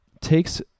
takes